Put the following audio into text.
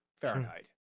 Fahrenheit